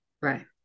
right